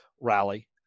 rally